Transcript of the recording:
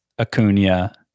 Acuna